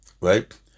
right